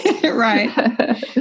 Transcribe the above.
Right